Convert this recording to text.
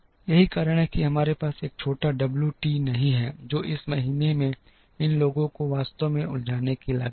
यही कारण है कि हमारे पास एक छोटा डब्ल्यू टी नहीं है जो महीने में इन लोगों को वास्तव में उलझाने की लागत है